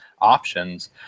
options